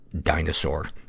dinosaur